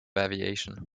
aviation